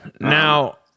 Now